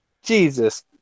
Jesus